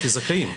או כזכאים.